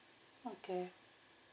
okay